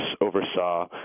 oversaw